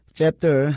chapter